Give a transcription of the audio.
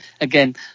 again